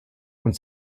und